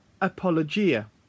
apologia